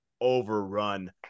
overrun